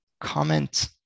comment